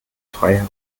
frei